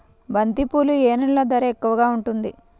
బంతిపూలు ఏ నెలలో ధర ఎక్కువగా ఉంటుంది?